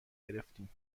گرفتیم